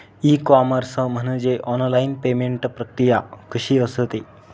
E commerce मध्ये online payment प्रक्रिया कशी असते?